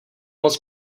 moc